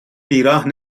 بیراه